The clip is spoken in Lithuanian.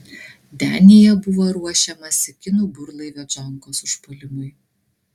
denyje buvo ruošiamasi kinų burlaivio džonkos užpuolimui